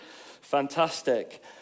fantastic